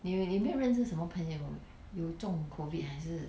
你有你没有认识一些什么朋友有中 COVID 还是